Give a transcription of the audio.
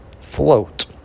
float